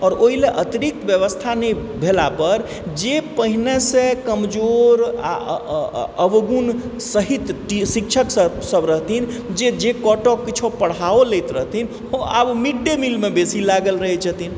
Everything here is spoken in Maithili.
आओर ओइ लए अतिरिक्त व्यवस्था नहि भेलापर जे पहिनेसँ कमजोर अवगुण सहित टी शिक्षक सब रहथिन जे जे क ट किछो पढ़ाओ लैत रहथिन उहो आब मिड डे मीलमे बेसी लागल रहय छथिन